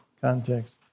context